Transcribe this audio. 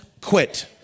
quit